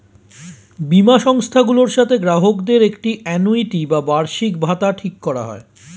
বীমা সংস্থাগুলোর সাথে গ্রাহকদের একটি আ্যানুইটি বা বার্ষিকভাতা ঠিক করা হয়